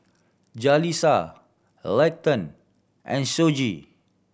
Jalisa Leighton and Shoji